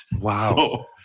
wow